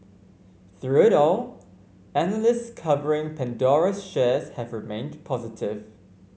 through it all analysts covering Pandora's shares have remained positive